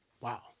Wow